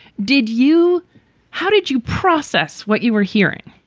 did you how did you process what you were hearing?